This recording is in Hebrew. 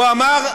הוא אמר: